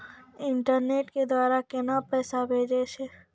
Internet के द्वारा केना पैसा भेजय छै?